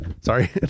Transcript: sorry